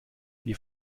wir